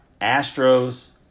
Astros